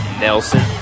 Nelson